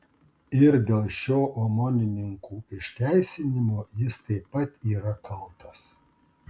ir dėl šio omonininkų išteisinimo jis taip pat yra kaltas